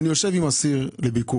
אני יושב עם אסיר בביקור.